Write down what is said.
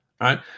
right